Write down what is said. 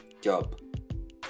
job